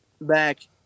back